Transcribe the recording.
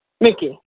Mickey